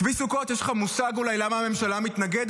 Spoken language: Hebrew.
צבי סוכות, יש לך מושג אולי למה הממשלה מתנגדת?